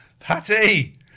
Patty